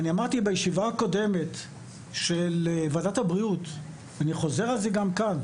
אני אמרתי בישיבה הקודמת של ועדת הבריאות ואני חוזר על זה גם כאן.